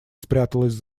спряталась